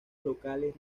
locales